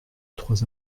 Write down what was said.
trois